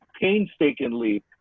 painstakingly